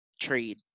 trade